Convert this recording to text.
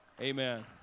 Amen